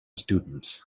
students